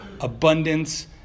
abundance